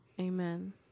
Amen